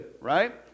Right